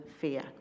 fear